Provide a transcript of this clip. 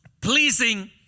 pleasing